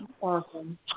Awesome